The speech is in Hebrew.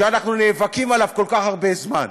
שאנחנו נאבקים עליו כל כך הרבה זמן.